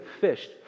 fished